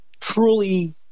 truly